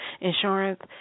Insurance